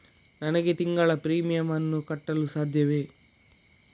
ನನಗೆ ತಿಂಗಳ ಪ್ರೀಮಿಯಮ್ ಅನ್ನು ಕಟ್ಟಲು ಸಾಧ್ಯವೇ?